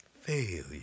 Failure